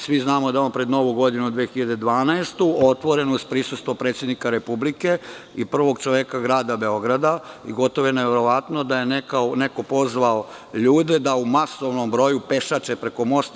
Svi znamo da je on pred novu 2012. godinu otvoren uz prisustvo predsednika Republike i prvog čoveka grada Beograda i gotovo je neverovatno da je neko pozvao ljude da u masovnom broju pešače preko mosta.